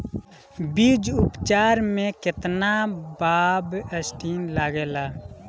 बीज उपचार में केतना बावस्टीन लागेला?